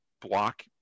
block